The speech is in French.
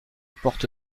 porte